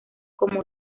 como